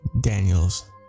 Daniels